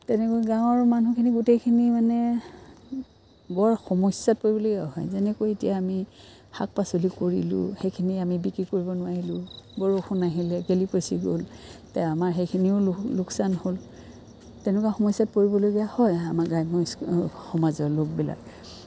তেনেকৈ গাঁৱৰ মানুহখিনি গোটেইখিনি মানে বৰ সমস্যাত পৰিবলগীয়া হয় যেনেকৈ এতিয়া আমি শাক পাচলি কৰিলোঁ সেইখিনি আমি বিক্ৰী কৰিব নোৱাৰিলোঁ বৰষুণ আহিলে গেলি পঁচি গ'ল তে আমাৰ সেইখিনিও লো লোকচান হ'ল তেনেকুৱা সমস্যাত পৰিবলগীয়া হয় আমাৰ গ্ৰাম্য সমাজৰ লোকবিলাক